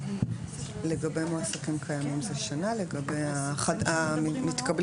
--- לגבי מועסקים קיימים זה שנה --- טוב, תמי.